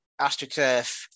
astroturf